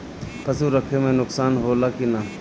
पशु रखे मे नुकसान होला कि न?